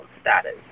status